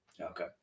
Okay